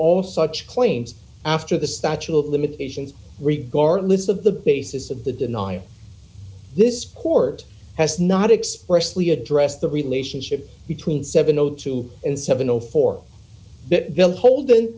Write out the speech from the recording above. all such claims after the statue of limitations regardless of the basis of the denial this court has not expressed lee address the relationship between seven o two and seven o four that will hold